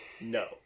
no